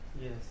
Yes